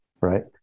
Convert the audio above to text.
Right